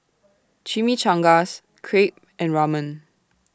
Chimichangas Crepe and Ramen